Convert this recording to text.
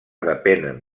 depenen